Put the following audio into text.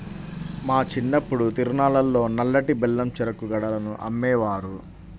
మా చిన్నప్పుడు తిరునాళ్ళల్లో నల్లటి బెల్లం చెరుకు గడలను అమ్మేవారు